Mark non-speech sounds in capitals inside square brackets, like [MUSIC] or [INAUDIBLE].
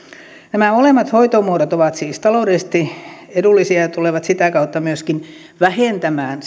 nämä molemmat hoitomuodot ovat siis taloudellisesti edullisia ja tulevat sitä kautta myöskin vähentämään [UNINTELLIGIBLE]